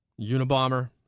Unabomber